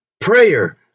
prayer